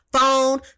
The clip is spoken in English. Phone